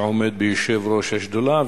שעומד בראש השדולה,